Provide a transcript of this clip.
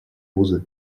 узы